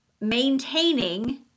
maintaining